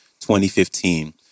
2015